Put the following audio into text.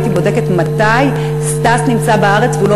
הייתי בודקת מתי סטס נמצא בארץ והוא לא